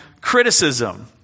criticism